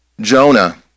Jonah